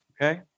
Okay